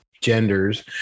genders